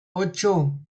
ocho